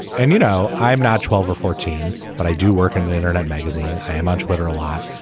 and you know i'm not twelve or fourteen but i do work in the internet magazine. i am on twitter a lot.